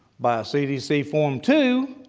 by cdc form two,